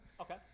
Okay